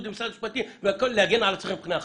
ועם משרד המשפטים כדי להגן על עצמכם מפני אחריות,